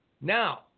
Now